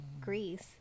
Greece